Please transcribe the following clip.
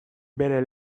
bere